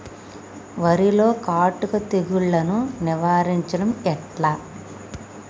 వరిలో కాటుక తెగుళ్లను నివారించడం ఎట్లా?